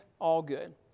all-good